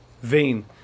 vein